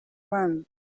run